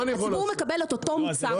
הציבור מקבל את אותו מוצר.